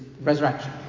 resurrection